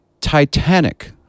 Titanic